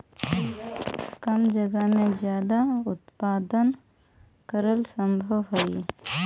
कम जगह में ज्यादा उत्पादन करल सम्भव हई